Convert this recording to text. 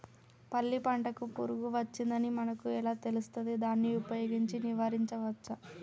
పల్లి పంటకు పురుగు వచ్చిందని మనకు ఎలా తెలుస్తది దాన్ని ఉపయోగించి నివారించవచ్చా?